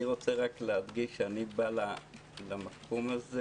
אני בא למקום הזה